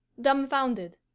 dumbfounded